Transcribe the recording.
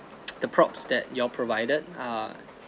the props that you're provided are